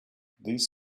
these